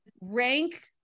rank